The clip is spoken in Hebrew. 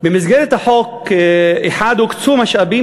במסגרת החוק: 1. הוקצו משאבים,